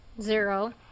Zero